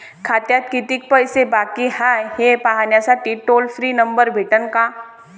खात्यात कितीकं पैसे बाकी हाय, हे पाहासाठी टोल फ्री नंबर भेटन का?